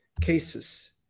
cases